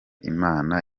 imana